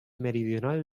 meridional